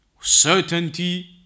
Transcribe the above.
certainty